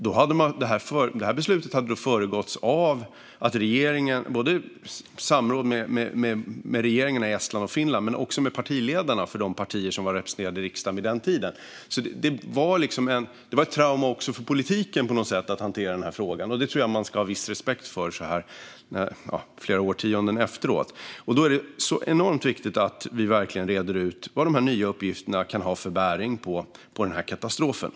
Detta beslut hade föregåtts av samråd med regeringarna i både Estland och Finland, men också med partiledarna för de partier som var representerade i riksdagen på den tiden. Det var på något sätt ett trauma också för politiken att hantera denna fråga, och det tror jag att man ska ha viss respekt för så här flera årtionden efteråt. Det är enormt viktigt att vi verkligen reder ut vad de nya uppgifterna kan ha för bäring på katastrofen.